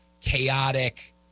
chaotic